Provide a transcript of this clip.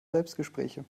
selbstgespräche